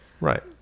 Right